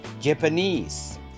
Japanese